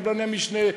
קבלני המשנה.